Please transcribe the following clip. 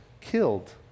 killed